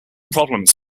problems